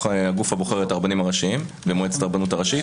הגוף הבוחר את הרבנים הראשיים במועצת הרבנות הראשית.